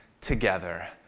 together